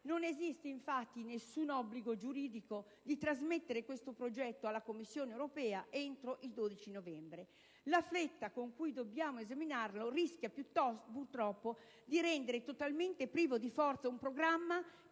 non esiste, infatti, alcun obbligo giuridico di trasmettere questo progetto alla Commissione europea entro il 12 novembre. La fretta con cui dobbiamo esaminarlo rischia purtroppo di rendere totalmente privo di forza un Programma,